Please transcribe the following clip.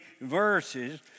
verses